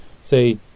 say